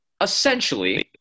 essentially